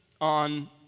on